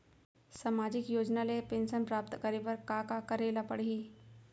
सामाजिक योजना ले पेंशन प्राप्त करे बर का का करे ल पड़ही?